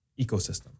ecosystem